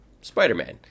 Spider-Man